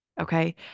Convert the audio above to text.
okay